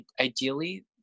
ideally